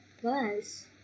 Plus